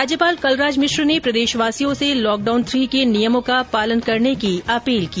राज्यपाल कलराज मिश्र ने प्रदेशवासियों से लॉकडाउन थ्री के नियमों का पालन करने की अपील की